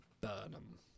Burnham